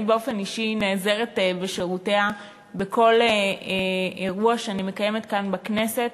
אני באופן אישי נעזרת בשירותיה בכל אירוע שאני מקיימת כאן בכנסת,